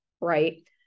right